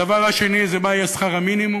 הדבר השני זה מה יהיה שכר המינימום,